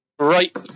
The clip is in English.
Right